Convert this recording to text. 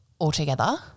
altogether